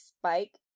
spike